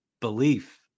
belief